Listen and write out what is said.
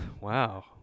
Wow